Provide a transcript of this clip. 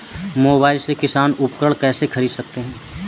Mobile से किसान उपकरण कैसे ख़रीद सकते है?